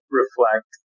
reflect